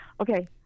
Okay